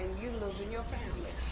you're losing your family.